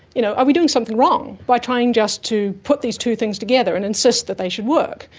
you know are we doing something wrong by trying just to put these two things together and insist that they should work?